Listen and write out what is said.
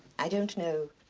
i don't know